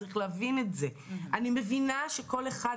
אני מבינה שכל אחד,